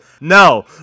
no